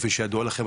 כפי שידוע לכם,